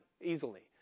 easily